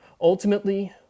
Ultimately